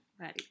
Ready